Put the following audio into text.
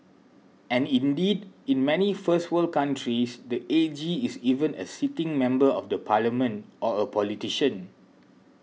and indeed in many first world countries the A G is even a sitting member of the parliament or a politician